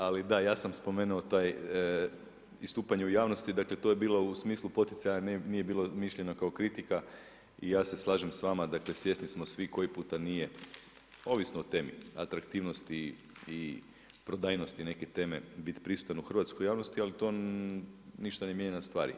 Ali da, ja sam spomenuo to istupanje u javnosti, dakle to je bilo u smislu poticaja, nije bilo mišljeno kao kritika i ja se slažem s vama, dakle, svjesni smo svi koji puta nije ovisno o temi, atraktivnosti i prodajnosti neke teme biti pristojan u hrvatskoj javnosti ali to ništa ne mijenja stvari.